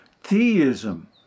Theism